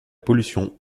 pollution